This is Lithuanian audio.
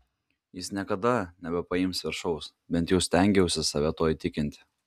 jis niekada nebepaims viršaus bent jau stengiausi save tuo įtikinti